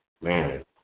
Man